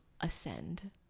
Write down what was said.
ascend